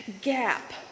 gap